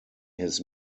his